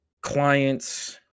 clients